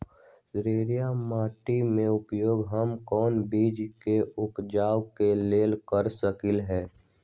क्षारिये माटी के उपयोग हम कोन बीज के उपजाबे के लेल कर सकली ह?